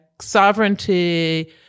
sovereignty